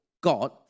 God